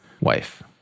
wife